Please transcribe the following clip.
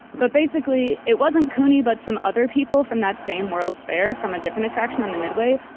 but basically it wasn't couney, but some other people from that same world's fair from a different attraction on the midway,